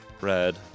Red